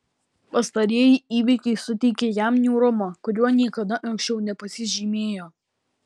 pastarieji įvykiai suteikė jam niūrumo kuriuo niekada anksčiau nepasižymėjo